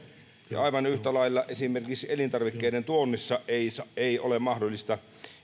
aivan yhtä lailla esimerkiksi elintarvikkeiden tuonnissa ei ole mahdollista